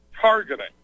targeting